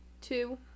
two